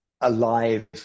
alive